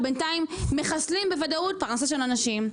בינתיים מחסלים בוודאות פרנסה של אנשים,